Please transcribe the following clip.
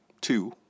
two